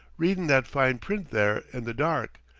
readin' that fine print there in the dark.